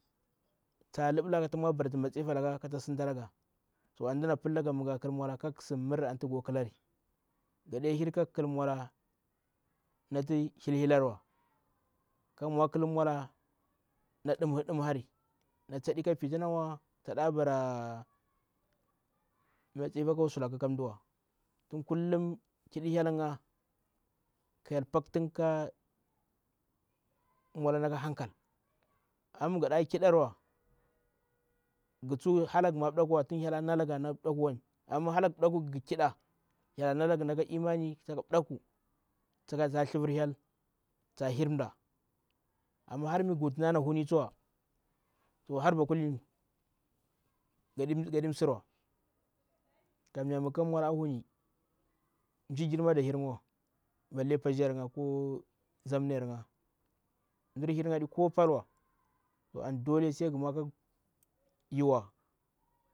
Ta luɓela kata mwa bara matsifa laka kata sinta laga. To anti mdana pillaga mi ga khil mwala kaginu sida miri anti ga kwa khilari. Gaɗe hir kaghu khil mwala na hilhillawa; kaghu mwa khil mwala na ndunhi ndumhari. Natu taɗeka fitinawa nati ta ɗa bara sulaka kamduwa. Tum kullum shang kidi hil nga ka hyel paktinga ka mwala naka halkal. Amma migha na kiɗar wa ghu tsu halaghu ma mbdaƙuwa tun hyel a nagha na mbdakwuwani, amma mihalage mbdakwu mighu kida hyel a nagha na mbdakwu. Ta tsthivir hyel ta hir mda. Amma mighu wuti naana huni tsuwa to harba kulini gadi msirwa kammya migha ka mwala a huni mmsjiir grima daɗa hir nga wa, balle batjiyar nga ka zamnayar nga. Mdir hirnga aɗi ko palwa to am dole sai guma yiwa.